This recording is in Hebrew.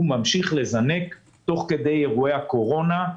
הוא ממשיך לנזק תוך כדי אירועי הקורונה.